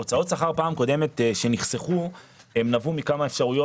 בפעם הקודמת הוצאות שנחסכו, נבעו מכמה אפשרויות.